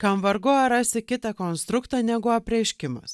kam vargu ar rasi kitą konstruktą negu apreiškimas